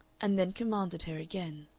and then commanded her again.